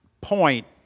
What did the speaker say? point